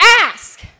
ask